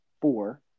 four